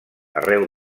arreu